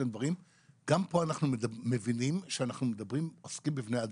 גם פה אנחנו מבינים שאנחנו עוסקים בבני אדם.